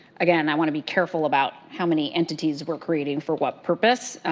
again, i want to be careful about how many entities we are creating for what purpose,